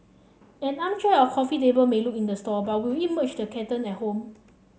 an armchair or coffee table may look in the store but will it match the curtain at home